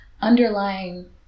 underlying